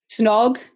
snog